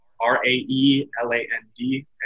R-A-E-L-A-N-D